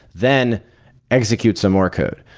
then execute some more code.